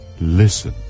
listen